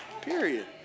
Period